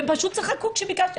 והם פשוט צחקו כשביקשתי.